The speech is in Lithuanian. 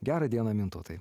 gerą dieną mintautai